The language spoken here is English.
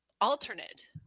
alternate